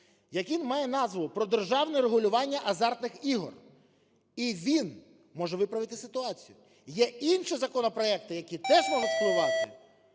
який має назву: "Про державне регулювання азартних ігор". І він може виправити ситуацію. Є інші законопроекти, які теж можуть впливати.